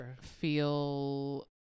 feel